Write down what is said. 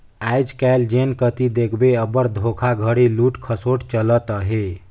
आएज काएल जेन कती देखबे अब्बड़ धोखाघड़ी, लूट खसोट चलत अहे